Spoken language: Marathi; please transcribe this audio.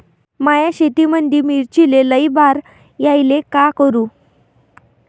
माया शेतामंदी मिर्चीले लई बार यायले का करू?